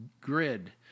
grid